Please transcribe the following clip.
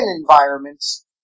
environments